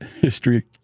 history